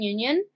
Union